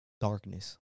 darkness